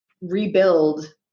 rebuild